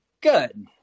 Good